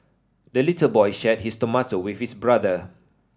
the little boy shared his tomato with his brother